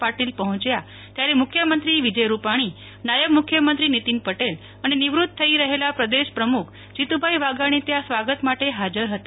પાટિલ પર્હોચ્યા ત્યારે મુખ્યમંત્રી વિજય રૂપાણીનાયબ મુખ્યમંત્રી નિતિનભાઈ પટેલ અને નિવૃત થઈ રહેલા પ્રદેશ પ્રમુખ જીતુ ભાઈ વાઘાણી ત્યાં સ્વાગત માટે હાજર રહ્યા હતા